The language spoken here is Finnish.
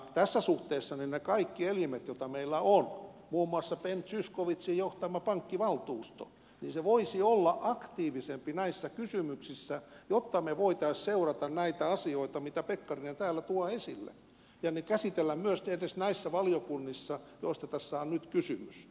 tässä suhteessa ne kaikki elimet joita meillä on muun muassa ben zyskowiczin johtama pankkivaltuusto voisivat olla aktiivisempia näissä kysymyksissä jotta me voisimme seurata näitä asioita mitä pekkarinen täällä tuo esille ja käsitellä ne myös edes näissä valiokunnissa joista tässä on nyt kysymys